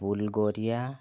Bulgaria